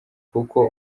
kuko